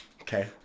Okay